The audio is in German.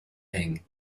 hängen